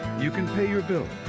you can pay your bill.